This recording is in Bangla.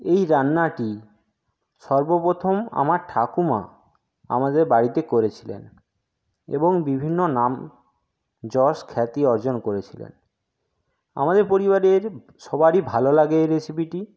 এই রান্নাটি সর্বপ্রথম আমার ঠাকুমা আমাদের বাড়িতে করেছিলেন এবং বিভিন্ন নাম যশ খ্যাতি অর্জন করেছিলেন আমাদের পরিবারের সবারই ভালো লাগে এই রেসিপিটি